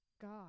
God